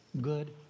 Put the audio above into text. good